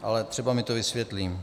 Ale třeba mi to vysvětlí.